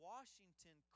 Washington